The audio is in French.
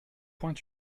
point